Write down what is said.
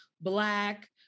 black